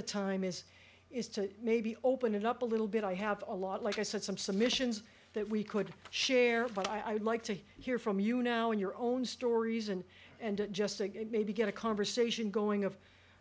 the time is is to maybe open it up a little bit i have a lot like i said some submissions that we could share but i would like to hear from you now in your own stories and and just to maybe get a conversation going of